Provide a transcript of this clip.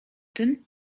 tym